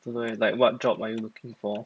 真的 meh like what job you are looking for